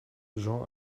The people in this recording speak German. jean